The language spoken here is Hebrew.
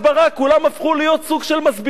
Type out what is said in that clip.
כולם הפכו להיות סוג של מסבירים.